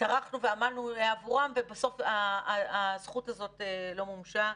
טרחנו ועמלנו עבורן ובסוף הזכות הזאת לא מומשה.